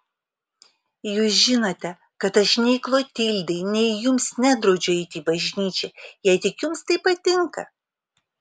jūs žinote kad aš nei klotildai nei jums nedraudžiu eiti į bažnyčią jei tik jums tai patinka